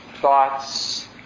thoughts